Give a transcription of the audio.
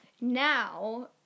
now